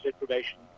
information